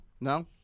No